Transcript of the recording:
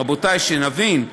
רבותי, שנבין.